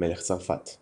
מלך צרפת.